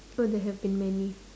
oh there have been many